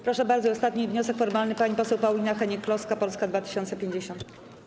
Proszę bardzo, ostatni wniosek formalny, pani poseł Paulina Hennig-Kloska, Polska 2050.